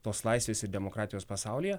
tos laisvės demokratijos pasaulyje